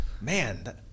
man